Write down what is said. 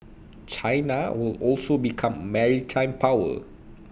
China will also become maritime power